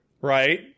Right